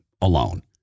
alone